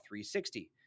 360